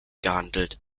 gehandelt